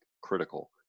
critical